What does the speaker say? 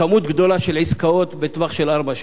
כמות גדולה של עסקאות בטווח של ארבע שנים.